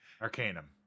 arcanum